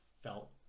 felt